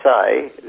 say